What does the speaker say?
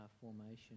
formation